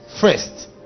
first